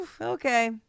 okay